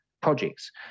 projects